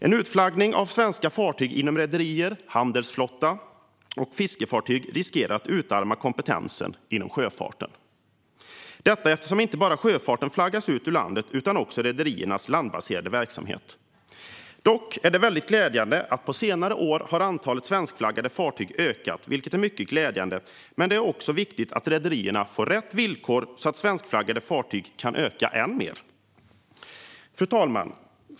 En utflaggning av svenska fartyg inom rederier, handelsflotta och fiskefartyg riskerar att utarma kompetensen inom sjöfarten - detta eftersom inte bara fartygen utan även rederiernas landbaserade verksamhet flaggas ut ur landet. På senare år har antalet svenskflaggade fartyg ökat, vilket är mycket glädjande, men det är också viktigt att rederierna får rätt villkor så att antalet svenskflaggade fartyg kan öka än mer. Fru talman!